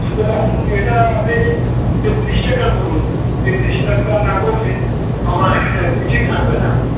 সুতরাং এটা আপনি তেত্তিরিশ টাকা করুন তেত্তিরিশ টাকা না করলে আমার কিছুই থাকবে না